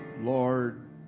Lord